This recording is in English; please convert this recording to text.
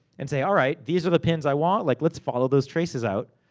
and say, alright, these are the pins i want, like let's follow those traces out,